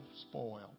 spoil